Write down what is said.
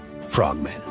frogmen